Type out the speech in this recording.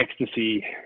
ecstasy